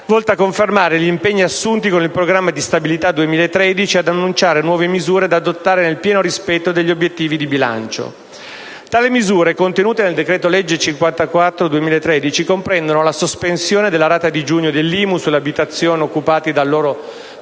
volta a confermare gli impegni assunti con il Programma di stabilità 2013 e ad annunciare nuove misure da adottare nel pieno rispetto degli obiettivi di bilancio. Tali misure, contenute nel decreto legge n. 54 del 2013, comprendono la sospensione della rata di giugno dell'IMU sulle abitazioni occupate dal loro proprietario